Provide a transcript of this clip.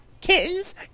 Kittens